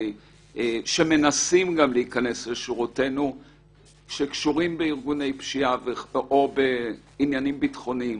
מנסים להיכנס לשירותינו וקשורים לארגוני פשיעה או בעניינים ביטחוניים.